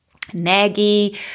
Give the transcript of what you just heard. naggy